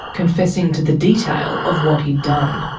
confessing to the detail of what he'd done.